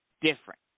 different